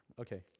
Okay